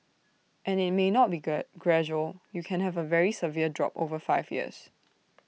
and IT may not be gradual you can have A very severe drop over five years